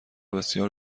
بسیار